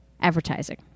advertising